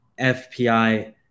FPI